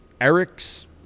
Eric's